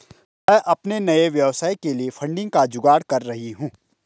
मैं अपने नए व्यवसाय के लिए फंडिंग का जुगाड़ कर रही हूं